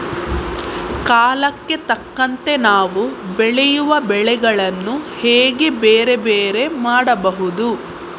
ಕಾಲಕ್ಕೆ ತಕ್ಕಂತೆ ನಾವು ಬೆಳೆಯುವ ಬೆಳೆಗಳನ್ನು ಹೇಗೆ ಬೇರೆ ಬೇರೆ ಮಾಡಬಹುದು?